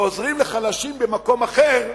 ועוזרים לחלשים במקום אחר,